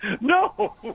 no